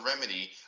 remedy